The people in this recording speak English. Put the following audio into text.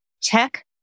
tech